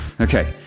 Okay